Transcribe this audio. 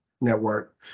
network